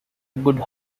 good